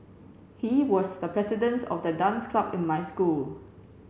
he was the president of the dance club in my school